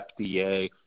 FDA